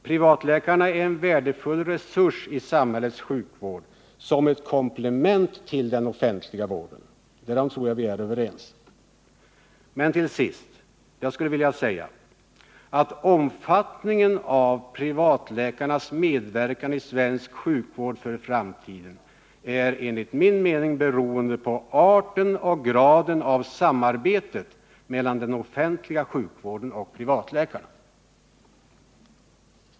Privatläkarna är en värdefull resurs i samhällets sjukvård som ett komplement till den offentliga vården. Därom tror jag att vi är överens. Omfattningen av privatläkarnas medverkan i svensk sjukvård för framtiden är enligt min mening beroende på arten och graden av samarbetet mellan den offentliga sjukvården och privatläkarna.